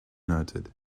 noted